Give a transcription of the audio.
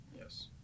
Yes